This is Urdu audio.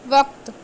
وقت